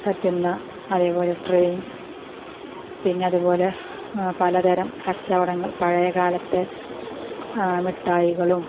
പറ്റുന്ന അതേ പോലെ ട്രെയിൻ പിന്നെ അതുപോലെ പലതരം കച്ചവടങ്ങൾ പഴയകാലത്തെ മിഠായികളും